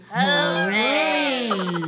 Hooray